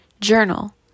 journal